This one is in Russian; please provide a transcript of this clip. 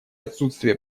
отсутствие